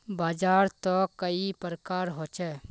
बाजार त कई प्रकार होचे?